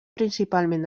principalment